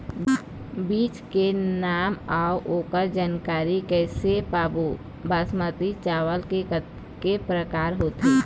बीज के नाम अऊ ओकर जानकारी कैसे पाबो बासमती चावल के कतेक प्रकार होथे?